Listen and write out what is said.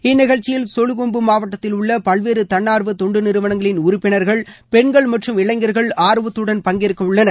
இந்நிகழ்ச்சியில் சொலுகொம்பு மாவட்டத்தில் உள்ள பல்வேறு தன்னார்வ தொண்டு நிறுவனங்களின் உறுப்பினர்கள் பெண்கள் மற்றும் இளைஞர்கள் ஆர்வத்துடன் பங்கேற்க உள்ளனர்